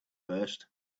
first